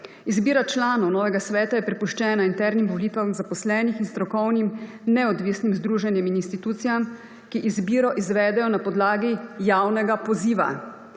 Izbira članov novega sveta je prepuščena internim volitvam zaposlenih in strokovnim, neodvisnim združenjem in institucijam, ki izbiro izvedejo na podlagi javnega poziva.